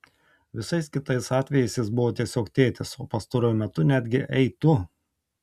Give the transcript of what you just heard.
visais kitais atvejais jis buvo tiesiog tėtis o pastaruoju metu netgi ei tu